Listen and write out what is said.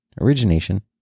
origination